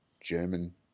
German